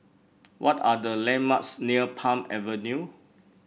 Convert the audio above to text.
what are the landmarks near Palm Avenue